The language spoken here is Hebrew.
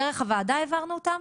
דרך הוועדה העברנו אותה.